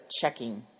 checking